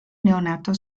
neonato